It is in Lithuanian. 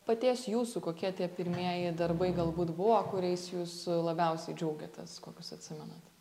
paties jūsų kokie tie pirmieji darbai galbūt buvo kuriais jūs labiausiai džiaugiatės kokius atsimenat